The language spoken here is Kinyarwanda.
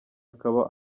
akaba